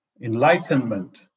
enlightenment